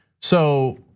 so,